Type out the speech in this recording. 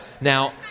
Now